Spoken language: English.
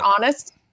honest